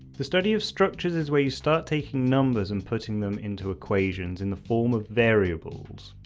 the study of structures is where you start taking numbers and putting them into equations in the form of variables.